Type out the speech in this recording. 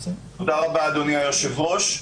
תודה רבה, אדוני היושב-ראש,